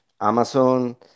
Amazon